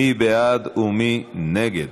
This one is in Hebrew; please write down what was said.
מי בעד ומי נגד?